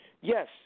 Yes